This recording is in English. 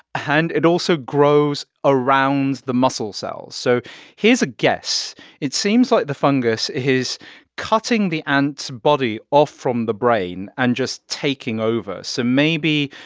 and it also grows around the muscle cells. so here's a guess it seems like the fungus is cutting the ant's body off from the brain and just taking over. so maybe,